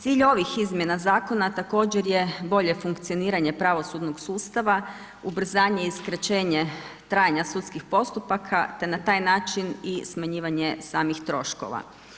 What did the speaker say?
Cilj ovih izmjena zakona također je bolje funkcioniranje pravosudnog sustava, ubrzanje i skraćenje trajanja sudskih postupaka, te na taj način i smanjivanje samih troškova.